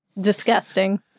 Disgusting